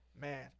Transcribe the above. Man